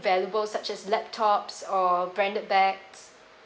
valuable such as laptops or branded bags